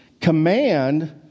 command